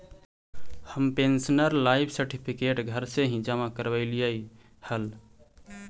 हम pensioner life certificate घर से ही जमा करवइलिअइ हल